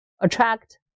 attract